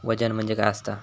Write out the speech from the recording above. वजन म्हणजे काय असता?